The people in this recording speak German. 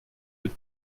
mit